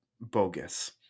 bogus